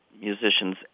musicians